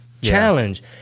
challenge